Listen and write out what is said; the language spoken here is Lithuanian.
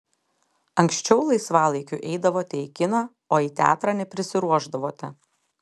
anksčiau laisvalaikiu eidavote į kiną o į teatrą neprisiruošdavote